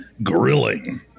grilling